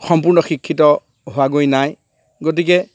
সম্পূৰ্ণ শিক্ষিত হোৱা গৈ নাই গতিকে